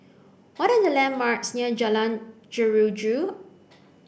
what are the landmarks near Jalan Jeruju